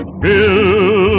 fill